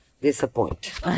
disappoint